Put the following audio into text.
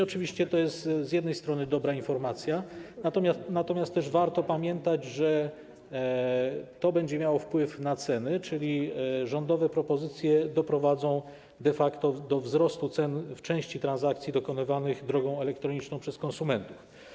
Oczywiście to jest z jednej strony dobra informacja, natomiast warto też pamiętać, że to będzie miało wpływ na ceny, czyli rządowe propozycje doprowadzą de facto do wzrostu cen w części transakcji dokonywanych drogą elektroniczną przez konsumentów.